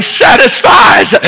satisfies